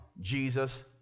Jesus